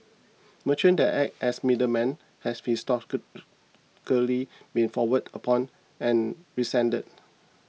merchants that act as middlemen have historically been frowned upon and resented